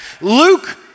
Luke